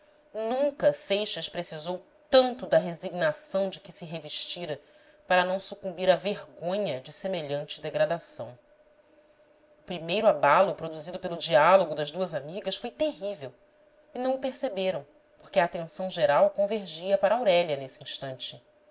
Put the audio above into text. nunca seixas precisou tanto da resignação de que se revestira para não sucumbir à vergonha de semelhante degradação o primeiro abalo produzido pelo diálogo das duas amigas foi terrível e não o perceberam porque a atenção geral convergia para aurélia nesse instante